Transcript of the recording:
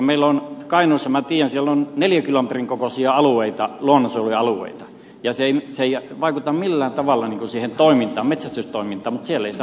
meillä on kainuussa minä tiedän neliökilometrin kokoisia luonnonsuojelualueita ja se ei vaikuta millään tavalla siihen toimintaan luonnonsuojelutoimintaan mutta siellä ei saa metsästää